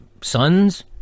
sons